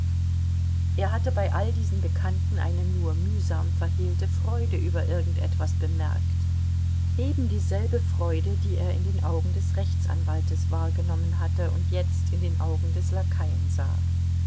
er hatte bei all diesen bekannten eine nur mühsam verhehlte freude über irgend etwas bemerkt ebendieselbe freude die er in den augen des rechtsanwaltes wahrgenommen hatte und jetzt in den augen des lakaien sah